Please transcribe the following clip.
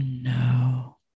no